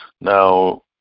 Now